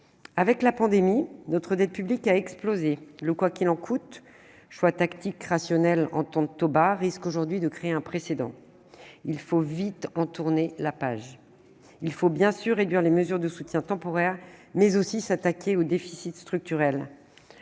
Avec la pandémie, notre dette publique a explosé. Le « quoi qu'il en coûte », choix tactique rationnel en période de taux bas, risque aujourd'hui de créer un précédent. Il faut vite tourner la page. Il faut, bien sûr, réduire les mesures de soutien temporaire, mais aussi s'attaquer au déficit structurel.